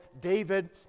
David